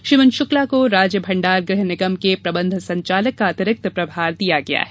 श्रीमन शुक्ला को राज्य भंडार गृह निगम के प्रबंध संचालक का अतिरिक्त प्रभार दिया गया है